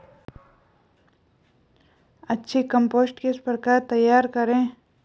अच्छी कम्पोस्ट किस प्रकार तैयार करें?